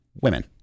women